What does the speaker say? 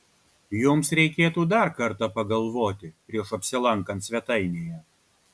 jums reikėtų dar kartą pagalvoti prieš apsilankant svetainėje